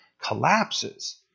collapses